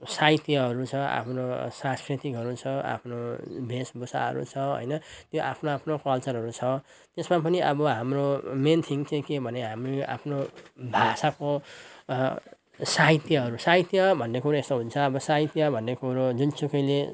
साहित्यहरू छ आफ्नो सांस्कृतिकहरू छ आफ्नो वेशभूषाहरू छ होइन त्यो आफ्नो आफ्नो कल्चरहरू छ त्यसमा पनि अब हाम्रो मेन थिङ चाहिँ के भने हामीले आफ्नो भाषाको साहित्यहरू साहित्य भन्ने कुरो यसो हुन्छ अब साहित्य भन्ने कुरो जुनसुकैले